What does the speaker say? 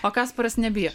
o kasparas nebijo